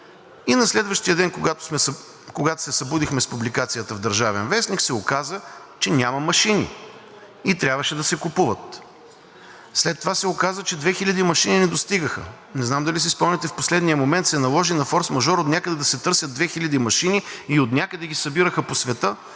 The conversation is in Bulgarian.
На следващия ден, когато се събудихме с публикацията в „Държавен вестник“, се оказа, че няма машини и трябваше да се купуват. След това се оказа, че 2000 машини не достигаха. Не знам дали си спомняте, в последния момент се наложи на форсмажор отнякъде да се търсят 2000 машини и отнякъде по света